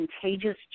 contagious